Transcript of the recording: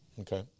Okay